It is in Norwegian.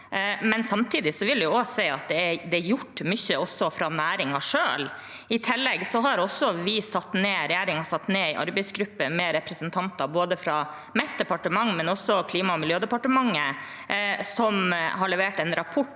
men samtidig vil jeg si at det også er gjort mye fra næringen selv. I tillegg har regjeringen satt ned en arbeidsgruppe med representanter fra mitt departement, men også fra Klima- og miljødepartementet, som har levert en rapport